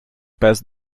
пес